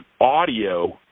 audio